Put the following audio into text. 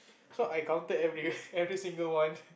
so I counted every every single one